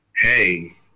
Hey